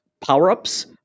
power-ups